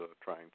trying